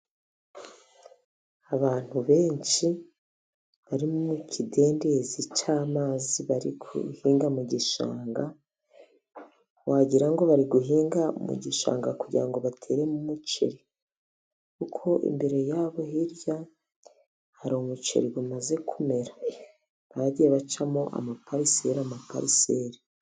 Abantu benshi bari mu kidendezi cy'amazi bari guhinga mu gishanga wagirango ngo bari guhinga mu gishanga kugira ngo batere umuceri, kuko imbere yabo hirya hari umuceri wamaze kumera bagiye bacamo amapariseri amapariseri.